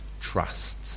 trust